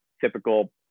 typical